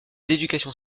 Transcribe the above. d’éducation